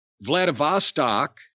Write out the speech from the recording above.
Vladivostok